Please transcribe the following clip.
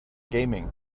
gaming